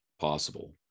possible